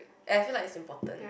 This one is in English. and I feel like it's important